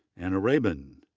anna raben,